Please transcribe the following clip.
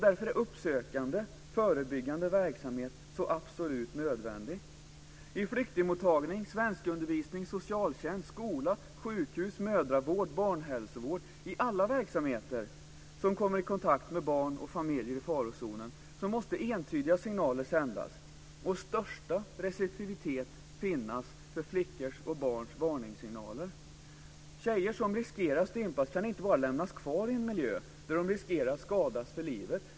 Därför är uppsökande och förebyggande verksamhet så absolut nödvändig. I flyktingmottagning, svenskundervisning, socialtjänst, skola, sjukhus, mödravård och barnhälsovård, i alla verksamheter som kommer i kontakt med barn och familjer i farozonen, måste entydiga signaler sändas och största receptivitet finnas för flickors och barns varningssignaler. Tjejer som riskerar att stympas kan inte bara lämnas kvar i en miljö där de riskerar att skadas för livet.